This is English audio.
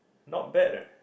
not bad ah